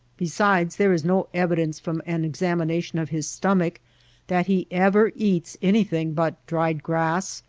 besides there is no evidence from an ex amination of his stomach that he ever eats any thing but dried grass,